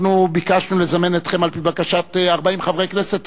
אנחנו ביקשנו לזמן אתכם על-פי בקשת 40 חברי כנסת,